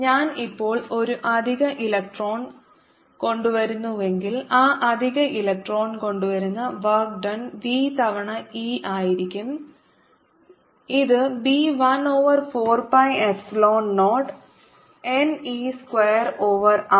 ഞാൻ ഇപ്പോൾ ഒരു അധിക ഇലക്ട്രോൺ കൊണ്ടുവരുന്നുവെങ്കിൽ ആ അധിക ഇലക്ട്രോൺ കൊണ്ടുവരുന്ന വർക്ക് ഡൺ v തവണ ഇ ആയിരിക്കും ഇത് b 1 over 4 pi epsilon 0 n e square over R